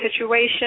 situation